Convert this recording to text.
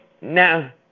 Now